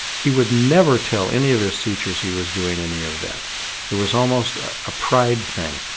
he would never tell any of his teachers he was doing any of that it was almost a pride thing.